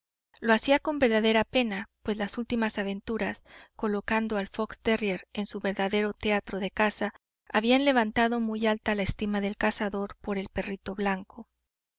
lo hacía con verdadera pena pues las últimas aventuras colocando al fox terrier en su verdadero teatro de caza habían levantado muy alta la estima del cazador por el perrito blanco